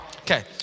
Okay